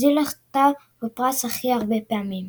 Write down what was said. ברזיל זכתה בפרס הכי הרבה פעמים.